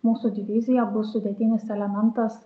mūsų divizija bus sudėtinis elementas